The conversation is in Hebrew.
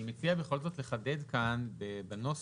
אני מציע בכל זאת לחדד כאן בנוסח,